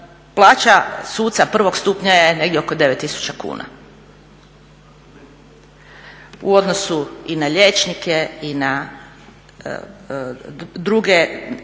Plaća suca prvog stupnja je negdje oko 9 tisuća kuna. U odnosu i na liječnike i na druge